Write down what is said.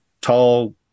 tall